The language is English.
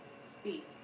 speak